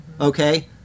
Okay